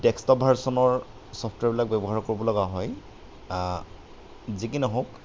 desktop ভাৰ্চনৰ ছফ্টৱেৰবিলাক ব্যৱহাৰ কৰিব লগা হয় যিকি নহওঁক